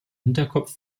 hinterkopf